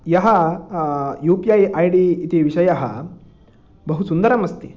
यः UPI ID इति विषयः बहु सुन्दरमस्ति